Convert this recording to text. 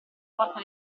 porta